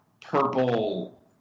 purple